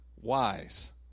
wise